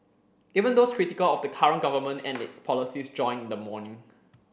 even those critical of the current government and its policies joined in the mourning